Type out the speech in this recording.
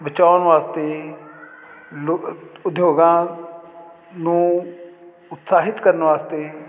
ਬਚਾਉਣ ਵਾਸਤੇ ਲੋ ਉਦਯੋਗਾਂ ਨੂੰ ਉਤਸ਼ਾਹਿਤ ਕਰਨ ਵਾਸਤੇ